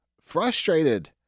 frustrated